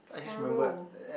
horrible